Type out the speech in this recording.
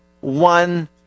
one